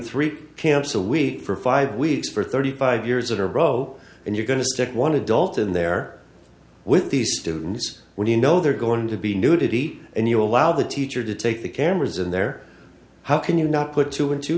three camps a week for five weeks for thirty five years of a row and you're going to stick one adult in there with the students when you know they're going to be nudity and you allow the teacher to take the cameras in there how can you not put two and two